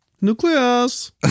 Nucleus